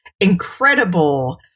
incredible –